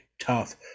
tough